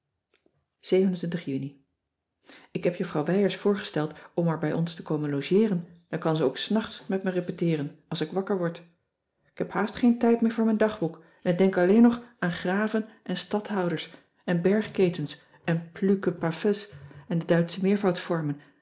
juni ik heb juffrouw wijers voorgesteld om maar bij ons te komen logeeren dan kan ze ook s nachts met me repeteeren als ik wakker word k heb haast geen tijd meer voor mijn dagboek en ik denk alleen nog aan cissy van marxveldt de h b s tijd van joop ter heul graven en stadhouders en bergketens en plusqueparfaits en de duitsche